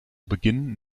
beginn